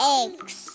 eggs